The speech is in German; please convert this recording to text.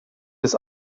des